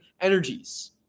energies